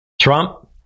Trump